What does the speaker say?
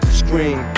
scream